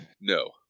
no